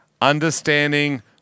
Understanding